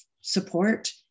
support